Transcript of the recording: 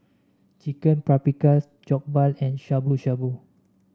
Chicken Paprikas Jokbal and Shabu Shabu